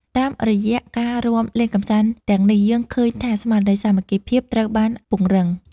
តាមរយៈការរាំលេងកម្សាន្តទាំងនេះ យើងឃើញថាស្មារតីសាមគ្គីភាពត្រូវបានពង្រឹង។